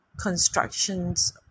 constructions